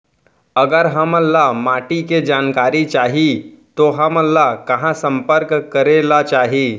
अगर हमन ला माटी के जानकारी चाही तो हमन ला कहाँ संपर्क करे ला चाही?